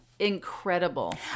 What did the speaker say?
incredible